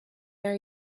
are